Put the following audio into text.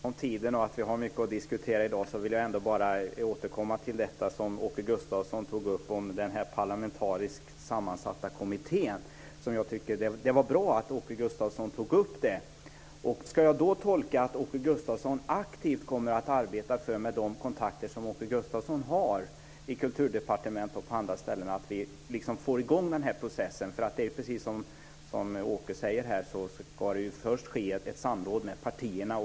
Herr talman! Jag är mycket medveten om tiden och att vi har mycket att diskutera i dag. Jag vill ändå återkomma till det som Åke Gustavsson tog upp om den parlamentariskt sammansatta kommittén. Det var bra att Åke Gustavsson tog upp detta. Ska jag tolka det som att Åke Gustavsson aktivt kommer att arbeta med de kontakter som Åke Gustavsson har i Kulturdepartementet och på andra ställen, så att vi får i gång den här processen? Precis som Åke säger ska det först ske ett samråd med partierna.